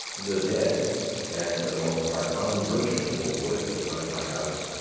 the dead and for the most part unmerchantable wood behind my house,